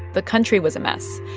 the country was a mess,